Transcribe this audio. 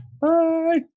Bye